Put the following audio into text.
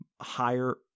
higher